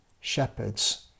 shepherds